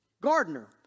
gardener